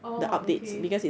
oh okay